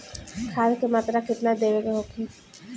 खाध के मात्रा केतना देवे के होखे?